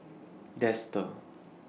Dester